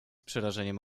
przerażeniem